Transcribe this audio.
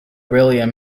william